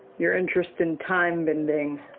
your interest in time bending.